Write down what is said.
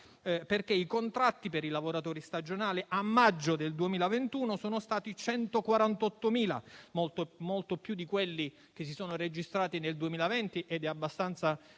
i contratti per i lavoratori stagionali a maggio del 2021 sono stati 148.000, molti più di quelli che si sono registrati nel 2020. Questo è abbastanza